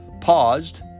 paused